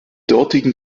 dortigen